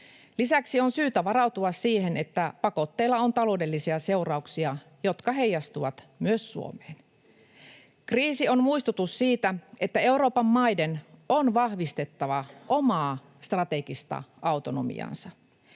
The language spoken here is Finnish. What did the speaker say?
Lisäksi on syytä varautua siihen, että pakotteilla on taloudellisia seurauksia, jotka heijastuvat myös Suomeen. Kriisi on muistutus siitä, että Euroopan maiden on vahvistettava omaa strategista autonomiaansa.